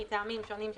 מטעמים שונים,